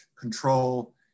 control